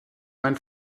mein